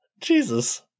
Jesus